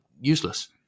useless